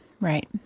Right